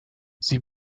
sie